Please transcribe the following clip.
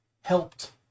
helped